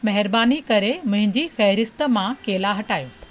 महिरबानी करे मुंहिंजी फ़हिरिस्त मां केला हटायो